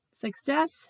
Success